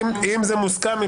אם זה מוסכם,